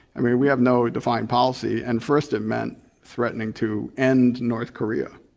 i mean we have no defined policy and first it meant threatening to end north korea,